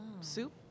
Soup